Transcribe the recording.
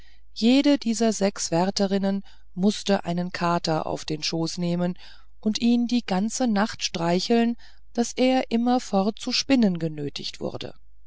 jede dieser sechs wärterinnen mußte einen kater auf den schoß nehmen und ihn die ganze nacht streicheln daß er immerfort zu spinnen genötigt wurde